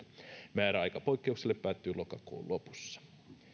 määräaika poikkeukselle päättyy lokakuun lopussa